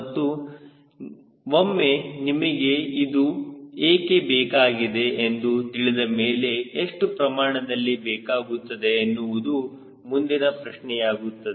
ಮತ್ತು ಒಮ್ಮೆ ನಿಮಗೆ ಇದು ಏಕೆ ಬೇಕಾಗಿದೆ ಎಂದು ತಿಳಿದ ಮೇಲೆ ಎಷ್ಟು ಪ್ರಮಾಣದಲ್ಲಿ ಬೇಕಾಗುತ್ತದೆ ಎನ್ನುವುದು ಮುಂದಿನ ಪ್ರಶ್ನೆಯಾಗುತ್ತದೆ